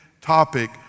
topic